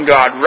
God